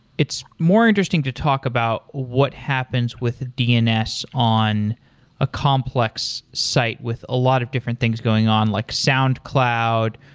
it's more interesting to talk about what happens with dns on a complex site with a lot of different things going on, like soundcloud,